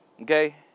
Okay